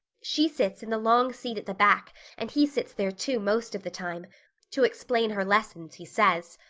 she sits in the long seat at the back and he sits there, too, most of the time to explain her lessons, he says.